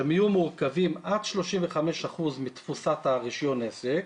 שהם יהיו מורכבים עד 35% מתפוסת הרישיון עסק,